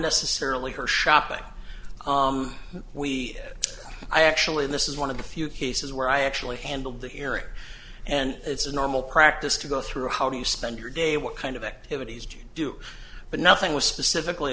necessarily her shopping we i actually this is one of the few cases where i actually handled the area and it's a normal practice to go through how do you spend your day what kind of activities do you do but nothing was specifically